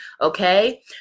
okay